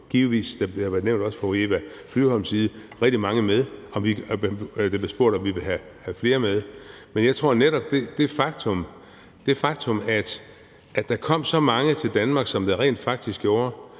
det er også nævnt af fru Eva Flyvholm – rigtig mange med, og der blev spurgt, om vi ville have flere med. Men jeg tror, at netop det faktum, at der kom så mange til Danmark, som der rent faktisk gjorde,